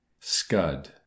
Scud